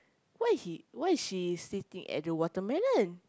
why is he why is she sleeping at the watermelon